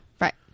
Right